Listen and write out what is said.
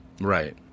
Right